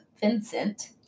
Vincent